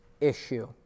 issue